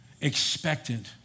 Expectant